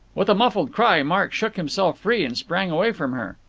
with a muffled cry mark shook himself free, and sprang away from her.